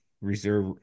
reserve